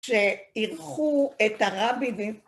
שאירחו את הרבי ו...